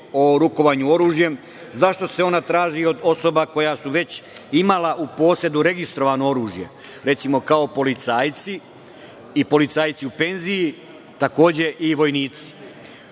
o rukovanju oružjem. Zašto se ona traži od osoba koja su već imala u posedu registrovano oružje, recimo, kao policajci i policajci u penziji, takođe i vojnici. Takođe,